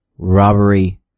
robbery